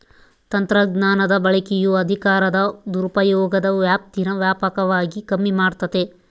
ತಂತ್ರಜ್ಞಾನದ ಬಳಕೆಯು ಅಧಿಕಾರದ ದುರುಪಯೋಗದ ವ್ಯಾಪ್ತೀನಾ ವ್ಯಾಪಕವಾಗಿ ಕಮ್ಮಿ ಮಾಡ್ತತೆ